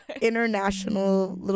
international